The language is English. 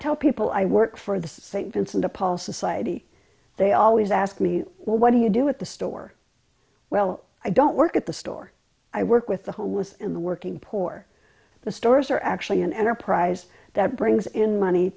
tell people i work for the st vincent de paul society they always ask me well what do you do at the store well i don't work at the store i work with the homeless in the working poor the stores are actually an enterprise that brings in money